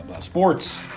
Sports